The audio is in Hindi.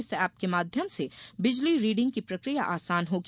इस एप के माध्यम से बिजली रीडिंग की प्रकिया आसान होगी